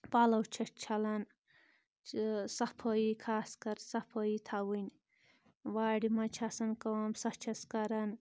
پَلو چھَس چھَلان صفٲیی خاص کَر صفٲیی تھاوٕنۍ وارِ منٛز چھِ آسَان کٲم سۄ چھَس کَران